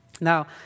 Now